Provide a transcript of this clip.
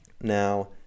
Now